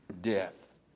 death